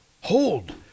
hold